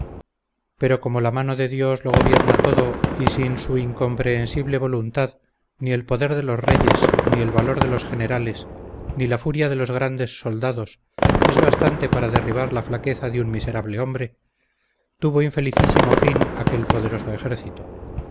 pero como la mano de dios lo gobierna todo y sin su incomprehensible voluntad ni el poder de los reyes ni el valor de los generales ni la furia de los grandes soldados es bastante para derribar la flaqueza de un miserable hombre tuvo infelicísimo fin aquel poderoso ejército